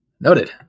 Noted